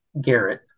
Garrett